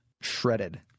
shredded